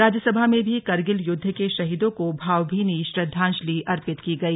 राज्यसभा में भी करगिल युद्ध के शहीदों को भावभीनी श्रद्धांजलि अर्पित की गई